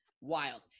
wild